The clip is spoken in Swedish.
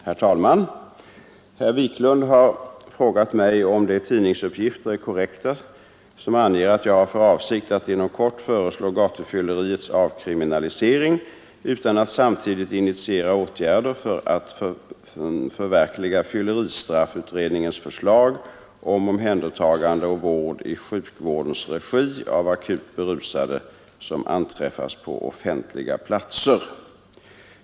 Herr talman! Herr Wiklund har frågat mig om de tidningsuppgifter korrekta, som anger att jag har för avsikt att inom kort föreslå gatufylleriets avkriminalisering utan att samtidigt initiera åtgärder för att förverkliga fylleristraffutredningens förslag om omhändertagande och vård i sjukvårdens regi av akut berusade som anträffas på offentliga platser.